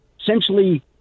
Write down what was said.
essentially